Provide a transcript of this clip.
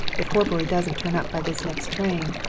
if horbury doesn't turn up by this next train